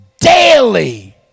daily